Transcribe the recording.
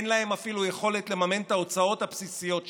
אין להם אפילו יכולת לממן את ההוצאות הבסיסיות שלהם.